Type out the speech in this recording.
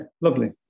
lovely